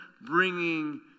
bringing